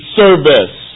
service